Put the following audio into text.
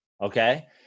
Okay